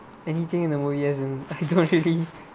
anything in the world yes in I don't really